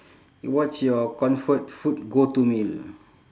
what's your comfort food go to meal